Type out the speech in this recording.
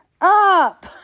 up